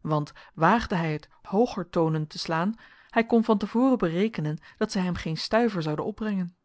want waagde hij het hooger tonen te slaan hij kon van te voren berekenen dat zij hem geen stuiver zouden opbrengen